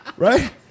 Right